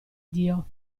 dio